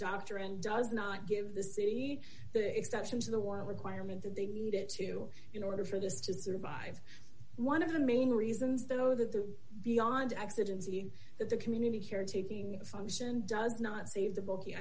doctor and does not give the city the exception to the one requirement that they need it to you know order for this to survive one of the main reasons though that the beyond exigency that the community care taking function does not save the bulky